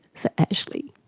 for ashley,